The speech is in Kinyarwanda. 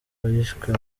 bishwe